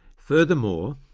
furthermore,